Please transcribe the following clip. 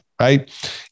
Right